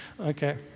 Okay